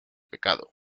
pecado